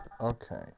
Okay